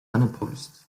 unopposed